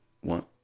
one